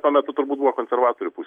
tuo metu turbūt buvo konservatorių pusėj